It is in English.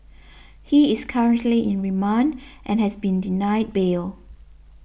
he is currently in remand and has been denied bail